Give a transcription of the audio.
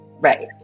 right